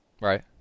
Right